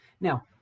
Now